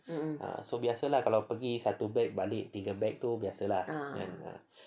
so biasa lah pergi satu beg balik tiga beg tu biasa lah